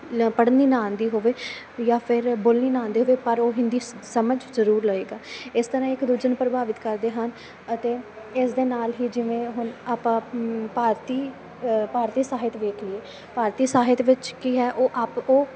ਲ ਪੜ੍ਹਨੀ ਨਾ ਆਉਂਦੀ ਹੋਵੇ ਜਾਂ ਫਿਰ ਬੋਲਣੀ ਨਾ ਆਉਂਦੀ ਹੋਵੇ ਪਰ ਉਹ ਹਿੰਦੀ ਸ ਸਮਝ ਜ਼ਰੂਰ ਲਏਗਾ ਇਸ ਤਰ੍ਹਾਂ ਇੱਕ ਦੂਜੇ ਨੂੰ ਪ੍ਰਭਾਵਿਤ ਕਰਦੇ ਹਨ ਅਤੇ ਇਸ ਦੇ ਨਾਲ ਹੀ ਜਿਵੇਂ ਹੁਣ ਆਪਾਂ ਭਾਰਤੀ ਭਾਰਤੀ ਸਾਹਿਤ ਵੇਖ ਲਈਏ ਭਾਰਤੀ ਸਾਹਿਤ ਵਿੱਚ ਕੀ ਹੈ ਉਹ ਆਪ ਉਹ